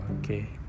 Okay